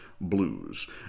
Blues